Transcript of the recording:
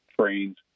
trains